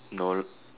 no